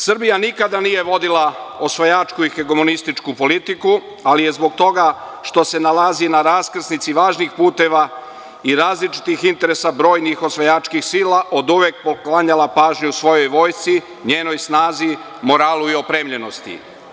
Srbija nikada nije vodila osvajačku i hegemonističku politiku, ali je zbog toga što se nalazi na raskrsnici važnih puteva i različitih interesa brojnih osvajačkih sila oduvek poklanjala pažnju svojoj vojsci, njenoj snazi, moralu i opremljenosti.